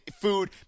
food